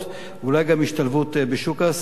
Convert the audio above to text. אולי גם השתלבות בשוק העסקים,